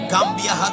Gambia